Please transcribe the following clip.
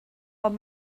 ond